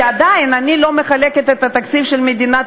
כי עדיין אני לא מחלקת את התקציב של מדינת